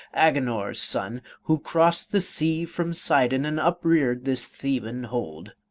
agenor's son, who crossed the sea from sidon and upreared this theban hold.